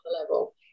level